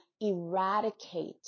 eradicate